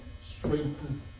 strengthen